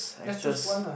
just choose one lah